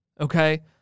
Okay